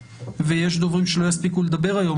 ויש דוברים שלא יספיקו לדבר היום,